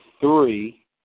three